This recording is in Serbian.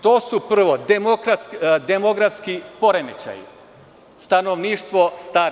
To su prvo demografski poremećaj, stanovništvo stari.